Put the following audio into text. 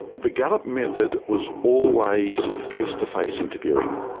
the gallup method was always face-to-face interviewing.